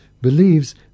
believes